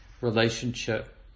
relationship